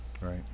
right